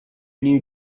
new